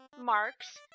marks